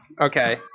Okay